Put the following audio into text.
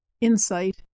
insight